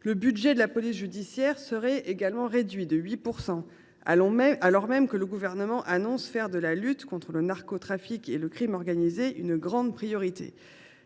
Le budget de la police judiciaire serait également réduit de 8 %, alors même que le Gouvernement entend faire de la lutte contre le narcotrafic et le crime organisé une grande priorité.